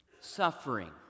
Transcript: suffering